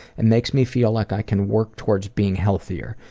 it makes me feel like i can work towards being healthier,